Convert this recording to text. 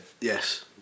yes